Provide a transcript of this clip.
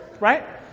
right